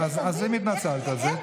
אם התנצלת על זה,